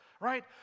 right